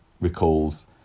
recalls